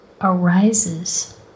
arises